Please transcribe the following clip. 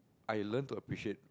I learn to appreciate